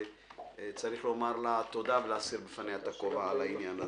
ויש לומר לה תודה ולהסיר בפניה את הכובע על העניין הזה.